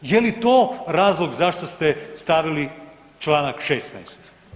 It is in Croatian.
Je li to razlog zašto ste stavili čl. 16.